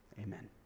Amen